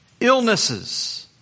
illnesses